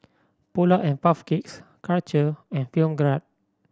Polar and Puff Cakes Karcher and Film Grade